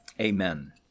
Amen